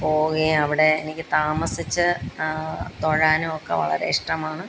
പോകേം അവിടെ എനിക്ക് താമസിച്ച് തൊഴാനും ഒക്കെ വളരെ ഇഷ്ടമാണ്